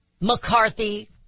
McCarthy